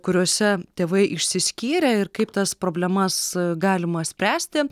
kuriose tėvai išsiskyrė ir kaip tas problemas galima spręsti